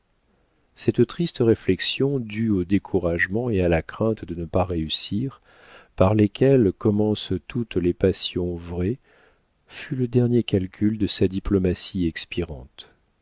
cette triste réflexion due au découragement et à la crainte de ne pas réussir par lesquels commencent toutes les passions vraies fut le dernier calcul de sa diplomatie expirante